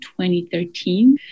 2013